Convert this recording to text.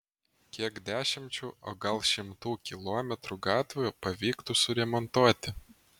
kiek dešimčių o gal šimtų kilometrų gatvių pavyktų suremontuoti